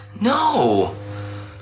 No